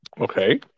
Okay